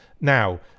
Now